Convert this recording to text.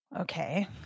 Okay